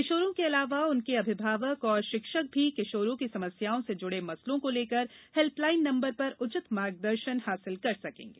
किशोरों के अलावा उनके अभिभावक और शिक्षक भी किशोरों की समस्याओं से जुड़े मसलों को लेकर हेल्पलाइन नंबर पर उचित मार्गदर्शन हासिल कर सकेंगे